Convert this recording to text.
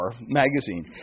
magazine